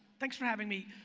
thanks for having me.